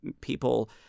people